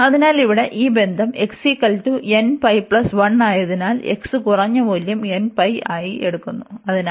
അതിനാൽ ഇവിടെ ഈ ബന്ധം ആയതിനാൽ x കുറഞ്ഞ മൂല്യം ആയി എടുക്കുന്നു അതിനാൽ